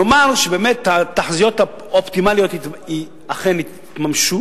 נאמר שבאמת התחזיות האופטימליות אכן יתממשו